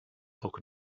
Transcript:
elke